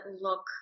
look